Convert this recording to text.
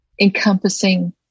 encompassing